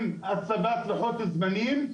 עם לוחות זמנים.